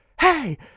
hey